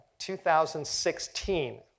2016